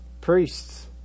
Priests